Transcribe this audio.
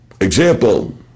Example